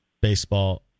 Baseball